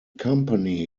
company